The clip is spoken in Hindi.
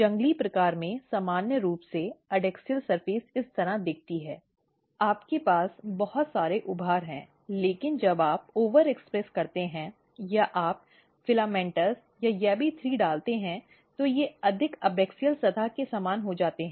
जंगली प्रकार में सामान्य रूप से एडैक्सियल सतह इस तरह दिखती है आपके पास बहुत सारे उभार हैं लेकिन जब आप ओवरएक्सप्रेस करते हैं या आप FILAMENTOUS या YABBY3 डालते हैं तो वे अधिक एबैक्सियल सतह के समान हो जाते हैं